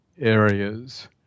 areas